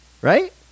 Right